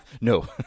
No